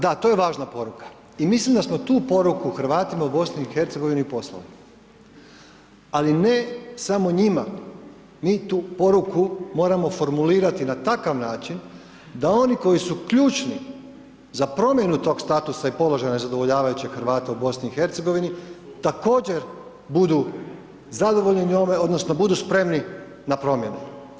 Da to je važna poruka i mislim da smo tu poruku Hrvatima u BIH poslali, ali ne samo njima, mi tu poruku moramo formulirati na takav način, da oni koji su ključni za promjenu tog statusa i položaja nezadovoljavajućih Hrvata u BIH, također budu zadovoljni njome, odnosno, budu spremni na promjene.